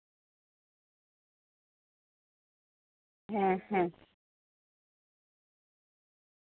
ᱦᱮᱸ ᱦᱮᱸ